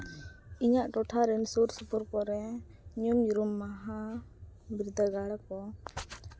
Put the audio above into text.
ᱤᱧᱟᱹᱜ ᱴᱚᱴᱷᱟ ᱨᱮ ᱥᱩᱨ ᱥᱩᱯᱩᱨ ᱠᱚᱨᱮ ᱧᱩᱢ ᱩᱨᱩᱢ ᱢᱟᱦᱟ ᱵᱤᱨᱫᱟᱹᱜᱟᱲ ᱠᱚ